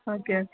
okay